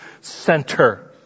center